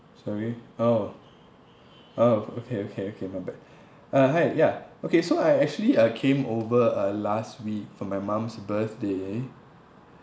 sorry oh oh okay okay okay my bad uh hi ya okay so I actually uh came over uh last week for my mum's birthday